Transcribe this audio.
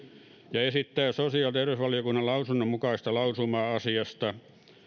ja esittää sosiaali ja terveysvaliokunnan lausunnon mukaista lausumaa asiasta valiokunnan lausumaehdotus